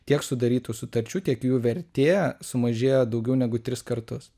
tiek sudarytų sutarčių tiek jų vertė sumažėjo daugiau negu tris kartus